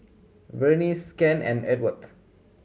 Vernice Kent and Ewart